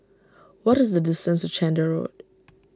what is the distance to Chander Road